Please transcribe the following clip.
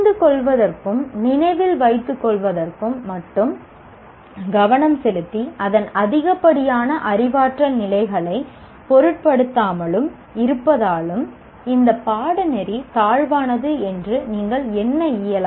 புரிந்துகொள்வதற்கும் நினைவில் வைத்து கொள்வதற்கு மட்டும் கவனம் செலுத்தி அதன் அதிகப்படியான அறிவாற்றல் நிலைகளை பொருட்படுத்தாமலும் இருப்பதாலும் இந்த பாடநெறி தாழ்வானது என்று நீங்கள் எண்ண இயலாது